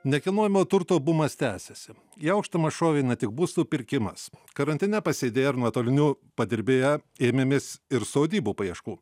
nekilnojamo turto bumas tęsiasi į aukštumas šovė na tik būstų pirkimas karantine pasėdėję ir nuotoliniu padirbėję ėmėmės ir sodybų paieškų